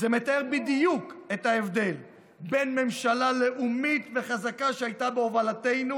זה מתאר בדיוק את ההבדל בין ממשלה לאומית וחזקה שהייתה בהובלתנו